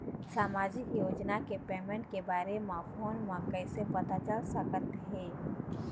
सामाजिक योजना के पेमेंट के बारे म फ़ोन म कइसे पता चल सकत हे?